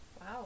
wow